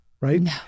right